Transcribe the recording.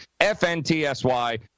FNTSY